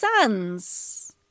sons